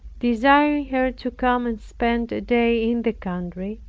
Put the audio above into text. desiring her to come and spend a day in the country.